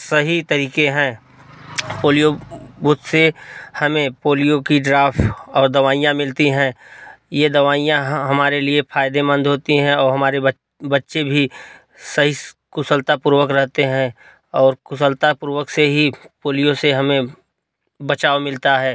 सही तरीके हैं पोलिओ बूथ से हमें पोलिओ कि ड्राफ़ और दवाइयाँ मिलती हैं ये दवाइयाँ यहाँ हमारे लिए फायदेमंद होती हैं और हमारे बच्चे भी सही कुशलतापूर्वक रहते हैं और कुशलतापूर्वक से ही पोलिओ से हमें बचाव मिलता है